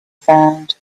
sound